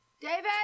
David